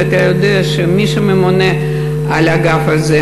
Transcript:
אתה יודע שמי שממונה על האגף הזה